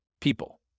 People